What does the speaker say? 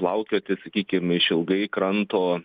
plaukioti sakykim išilgai kranto